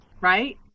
right